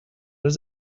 does